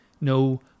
no